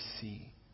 see